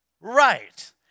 right